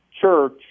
church